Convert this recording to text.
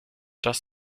das